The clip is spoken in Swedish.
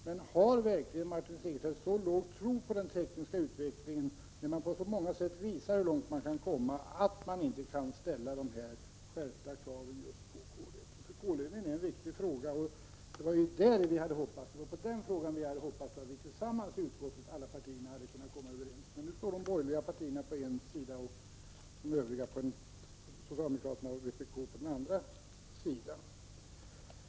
Men har verkligen Martin Segerstedt så liten tro på den tekniska utvecklingen, som på så många sätt visar hur långt det går att nå, att han inte inser att det inte går att ställa dessa skärpta krav på koleldningen? Det är en viktig fråga, som vi hade hoppats att alla partier i utskottet hade kunnat komma överens om. Men nu står de borgerliga partierna på en sida och socialdemokraterna och vpk på en annan.